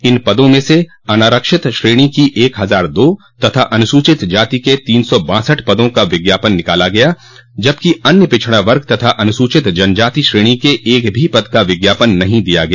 इन पदों में से अनारक्षित श्रेणी की एक हजार दो तथा अनुसूचित जाति के तीन सौ बासठ पदों का विज्ञापन निकाला गया जबकि अन्य पिछड़ा वर्ग तथा अनुसूचित जनजाति श्रेणी के एक भी पद का विज्ञापन नहीं दिया गया